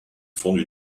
fondent